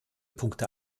punkte